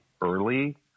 early